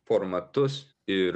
formatus ir